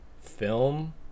film